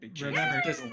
Remember